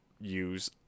use